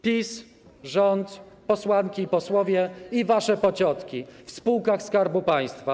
PiS, rząd, posłanki, posłowie i wasze pociotki w spółkach Skarbu Państwa.